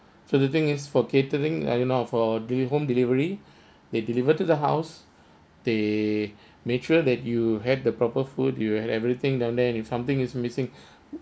so the thing is for catering are you not for during home delivery they delivered to the house they make sure that you had the proper food you will have everything down there and if something is missing